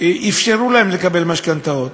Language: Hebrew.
אפשרו להם לקבל משכנתאות.